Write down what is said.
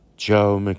Joe